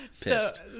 pissed